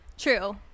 true